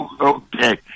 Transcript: Okay